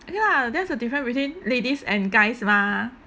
okay lah that's the different between ladies and guys mah